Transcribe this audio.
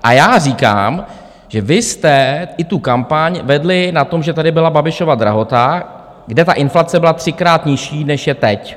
A já říkám, že vy jste i tu kampaň vedli na tom, že tady byla Babišova drahota, kde ta inflace byla třikrát nižší, než je teď.